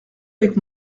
avec